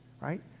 right